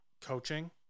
coaching